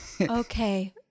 Okay